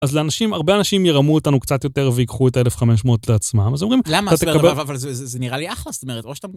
אז לאנשים, הרבה אנשים ירמו אותנו קצת יותר ויקחו את ה-1500 לעצמם. אז אומרים, למה? אבל, אבל, אבל זה, זה נראה לי אחלה, זאת אומרת, או שאתה...